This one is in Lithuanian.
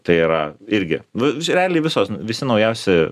tai yra irgi nu reliai visos visi naujausi